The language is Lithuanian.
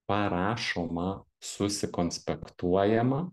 parašoma susikonspektuojama